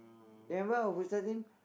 remember our futsal team